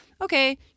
okay